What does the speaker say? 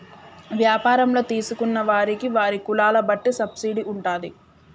వ్యాపారంలో తీసుకున్న వారికి వారి కులాల బట్టి సబ్సిడీ ఉంటాది